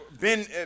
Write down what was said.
Ben